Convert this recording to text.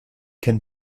can